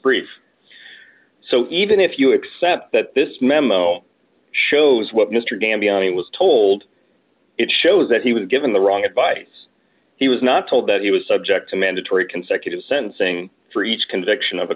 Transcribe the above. brief so even if you accept that this memo shows what mr gambian it was told it shows that he was given the wrong advice he was not told that he was subject to mandatory consecutive sentencing for each conviction of